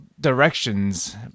directions